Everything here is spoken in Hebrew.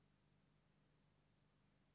(הישיבה נפסקה בשעה